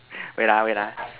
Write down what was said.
wait lah wait lah